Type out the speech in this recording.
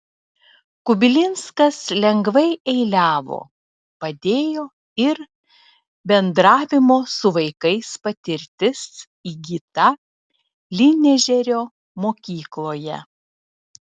kubilinskas lengvai eiliavo padėjo ir bendravimo su vaikais patirtis įgyta lynežerio mokykloje